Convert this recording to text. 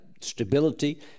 stability